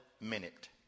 minute